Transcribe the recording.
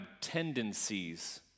tendencies